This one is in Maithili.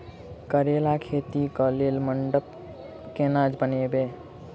करेला खेती कऽ लेल मंडप केना बनैबे?